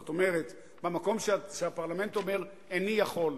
זאת אומרת במקום שהפרלמנט אומר: איני יכול,